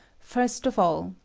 first of all,